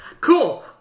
Cool